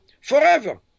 forever